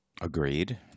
Agreed